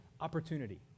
opportunity